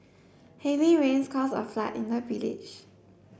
heavy rains caused a flood in the village